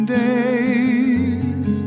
days